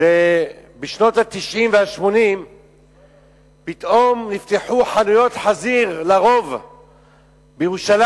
שבשנות ה-90 וה-80 פתאום נפתחו חנויות חזיר לרוב בירושלים.